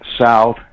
South